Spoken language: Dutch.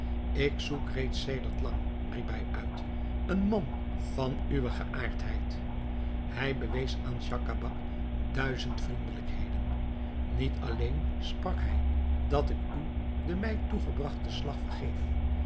ik zoek reeds sedert lang riep hij uit een man van uwe geaardheid hij bewees aan schacabac duizend vriendelijkheden niet alleen sprak hij dat ik u den mij toegebragten slag vergeef